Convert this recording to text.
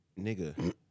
Nigga